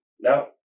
now